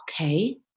okay